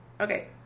Okay